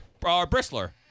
Bristler